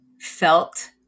felt